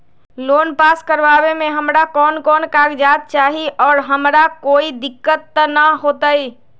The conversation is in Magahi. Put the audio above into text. लोन पास करवावे में हमरा कौन कौन कागजात चाही और हमरा कोई दिक्कत त ना होतई?